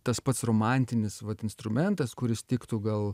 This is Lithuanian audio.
tas pats romantinis vat instrumentas kuris tiktų gal